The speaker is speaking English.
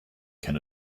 can